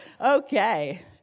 Okay